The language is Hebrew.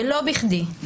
ולא בכדי.